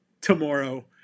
tomorrow